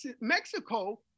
Mexico